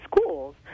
schools